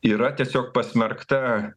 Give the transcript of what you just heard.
yra tiesiog pasmerkta